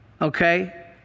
okay